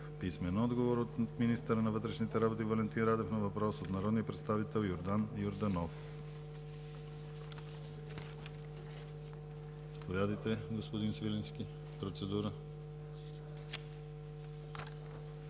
Младенов; - министъра на вътрешните работи Валентин Радев на въпрос от народния представител Йордан Йорданов. Заповядайте, господин Свиленски – процедура.